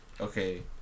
Okay